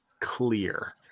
clear